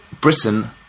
Britain